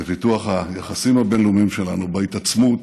בפיתוח היחסים הבין-לאומיים שלנו, בהתעצמות,